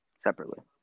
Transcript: separately